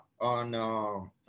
on